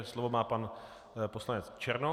Slovo má pan poslanec Černoch.